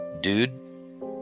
Dude